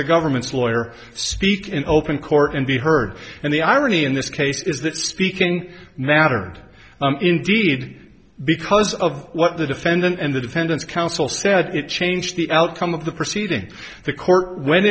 the government's lawyer speak in open court and be heard and the irony in this case is that speaking mattered indeed because of what the defendant and the defendant's counsel said it changed the outcome of the proceeding the court went